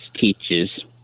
teaches